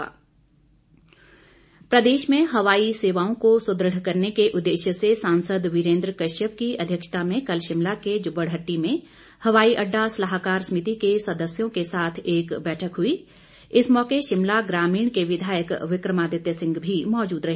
वीरेंद्र कश्यप प्रदेश में हवाई सेवाओं को सुदृढ़ करने के उद्ेश्य से सांसद वीरेंद्र कश्यप की अध्यक्षता में कल शिमला के जुब्बड़हट्टी में हवाई अड्डा सलाहकार समिति के सदस्यों के साथ एक बैठक हई इस मौके शिमला ग्रामीण के विधायक विक्रमादित्य सिंह भी मौजूद रहे